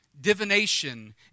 Divination